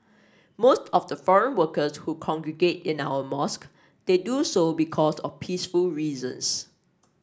most of the foreign workers who congregate in our mosque they do so because of peaceful reasons